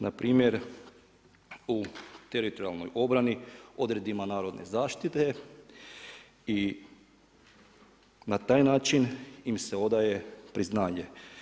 Na primjer u teritorijalnoj obrani, odredima Narodne zaštite i na taj način im se odaje priznanje.